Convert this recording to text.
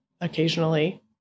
occasionally